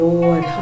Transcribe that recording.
Lord